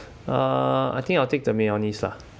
uh I think I'll take the mayonnaise lah